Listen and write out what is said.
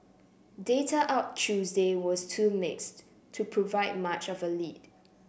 data out Tuesday was too mixed to provide much of a lead